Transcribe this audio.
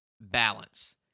Balance